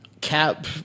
Cap